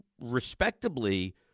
respectably